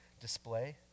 display